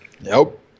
Nope